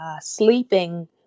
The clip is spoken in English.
sleeping